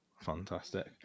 Fantastic